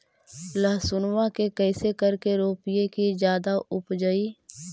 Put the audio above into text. लहसूनमा के कैसे करके रोपीय की जादा उपजई?